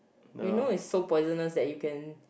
you know it's so poisonous that you can